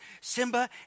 Simba